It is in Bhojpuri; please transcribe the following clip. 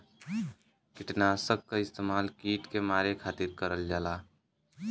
किटनाशक क इस्तेमाल कीट के मारे के खातिर करल जाला